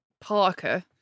Parker